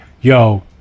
yo